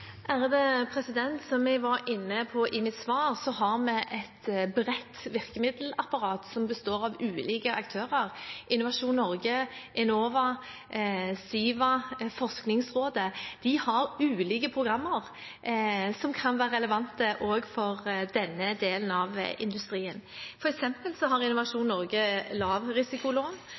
Som jeg var inne på i mitt svar, har vi et bredt virkemiddelapparat som består av ulike aktører. Innovasjon Norge, Enova, Siva, Forskningsrådet – de har ulike programmer som kan være relevante også for denne delen av industrien. For eksempel har Innovasjon Norge